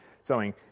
sowing